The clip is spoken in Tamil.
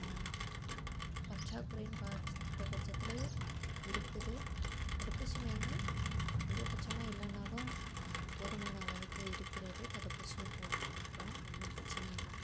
பற்றாக்குறைனு பார்த்த பச்சத்தில எல் இருக்குது தடுப்பூசி மையங்களும் அதிகபச்சமா இல்லைனாலும் போதுமான அளவுக்கு இருக்கிறது தடுப்பூசியும் போட்டுருக்குறோம் ஒன்றும் பிரச்சினை இல்லை